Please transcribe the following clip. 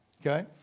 okay